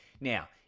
Now